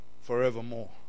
forevermore